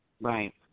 Right